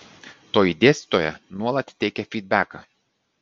toji dėstytoja nuolat teikia fydbeką